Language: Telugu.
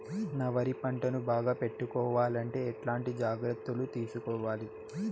నా వరి పంటను బాగా పెట్టుకోవాలంటే ఎట్లాంటి జాగ్రత్త లు తీసుకోవాలి?